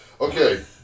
Okay